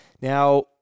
Now